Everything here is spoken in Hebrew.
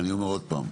אני אומר עוד פעם,